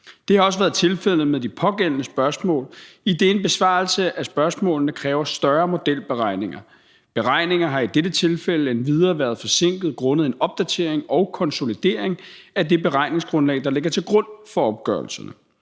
Det har også været tilfældet med de pågældende spørgsmål, idet en besvarelse af spørgsmålene kræver større modelberegninger. Beregninger har i dette tilfælde endvidere været forsinket grundet en opdatering og konsolidering af det beregningsgrundlag, der ligger til grund for opgørelserne.